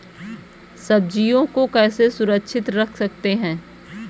सब्जियों को कैसे सुरक्षित रख सकते हैं?